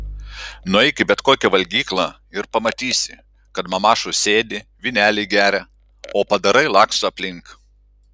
nueik į bet kokią valgyklą ir pamatysi kad mamašos sėdi vynelį geria o padarai laksto aplink